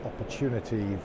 opportunity